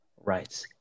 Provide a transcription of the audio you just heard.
Right